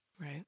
Right